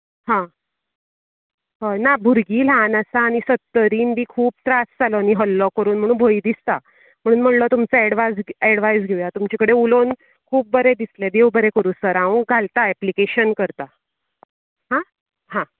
हां हय ना भुरगीं ल्हान आसा आनी सत्तरीन बी खूब त्रास जालो न्ही हल्लों करून म्हणू भंय दिसता म्हणू म्हणलों तुमचो ऐड्वाज ऐड्वाइस घेवया तुमचे कडेन उलोंन खूब बरें दिसलें देव बरें करू सर हांव घालता ऐप्लकैशन करता हां हां